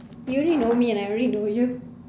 you already know me and I already know you